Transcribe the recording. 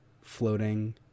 floating